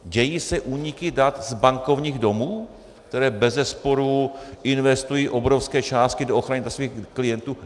Dějí se úniky dat z bankovních domů, které bezesporu investují obrovské částky do ochrany svých klientů?